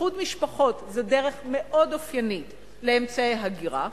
איחוד משפחות זו דרך מאוד אופיינית לאמצעי הגירה,